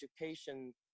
education